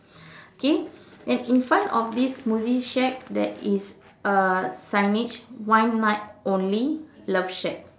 okay then in front of this smoothie shack there is a signage one night only love shack